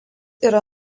yra